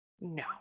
No